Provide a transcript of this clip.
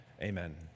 Amen